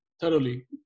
thoroughly